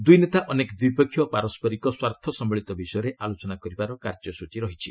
ଦୁଇ ନେତା ଅନେକ ଦ୍ୱିପକ୍ଷିୟ ପାରସ୍କରିକ ସ୍ୱାର୍ଥ ସମ୍ଭଳିତ ବିଷୟରେ ଆଲୋଚନା କରିବାର କାର୍ଯ୍ୟସୂଚୀ ରହିଛି